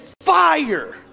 fire